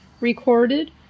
recorded